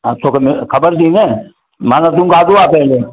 हा तोखे मेंं ख़बर थी न माना तूं खाधो पहिरों